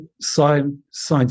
science